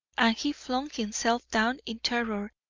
he flung himself down in terror,